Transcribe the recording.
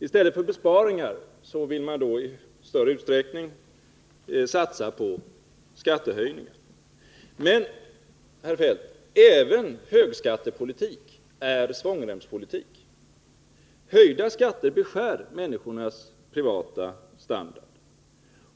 I stället för besparingar vill man i större utsträckning satsa på skattehöjningar. Men, herr Feldt, även högskattepolitik är svångremspolitik! Höjda skatter beskär människornas privata standard.